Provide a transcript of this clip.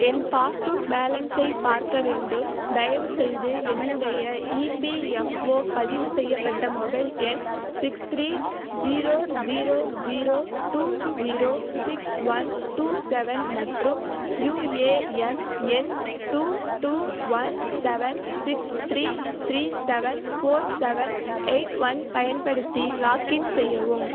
என் passbook பேலன்ஸை பார்க்க வேண்டும் தயவுசெய்து என்னுடைய இபிஎஃப்ஓ பதிவு செய்யப்பட்ட மொபைல் எண் six three zero zero zero two zero six one two seven மற்றும் யுஏஎன் எண் two two one seven six three three seven four seven eight one பயன்படுத்தி லாக்இன் செய்யவும்